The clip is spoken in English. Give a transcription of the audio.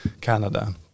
Canada